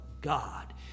God